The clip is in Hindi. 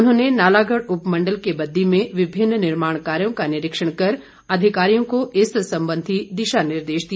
उन्होंने नालागढ़ उपमंडल के बद्दी में विभिन्न निर्माण कार्यों का निरीक्षण कर अधिकारियों को इस संबंधी दिशानिर्देश दिए